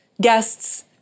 guests